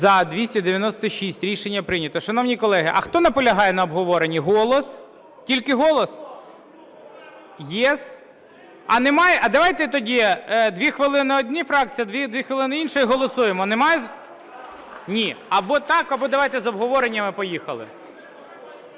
За-296 Рішення прийнято. Шановні колеги, а хто наполягає на обговоренні? "Голос". Тільки "Голос"? "ЄС"? А немає... А давайте тоді дві хвилини – одній фракції, дві хвилини – іншій і голосуємо. Немає... Ні, або так, або давайте з обговоренням і поїхали.